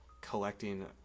collecting